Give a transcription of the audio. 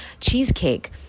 cheesecake